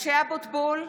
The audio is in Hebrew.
(קוראת בשמות חברי הכנסת) משה אבוטבול,